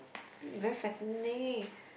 very fattening